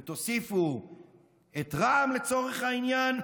ותוסיפו את רע"מ לצורך העניין,